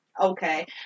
okay